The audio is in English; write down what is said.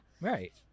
Right